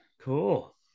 Cool